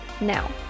now